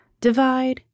Divide